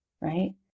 right